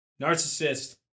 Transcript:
narcissist